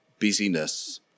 busyness